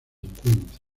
encuentra